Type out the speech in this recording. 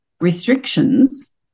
restrictions